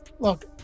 Look